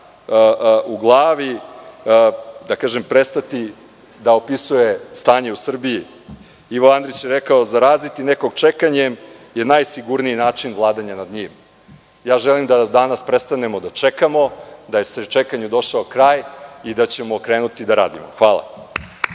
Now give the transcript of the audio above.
u glavi, prestati da opisuje stanje u Srbiji. Ivo Andrić je rekao: „Zaraziti nekog čekanjem je najsigurniji način vladanja nad njim“. Želim da danas prestanemo da čekamo, da je čekanju došao kraj i da ćemo krenuti da radimo. Hvala.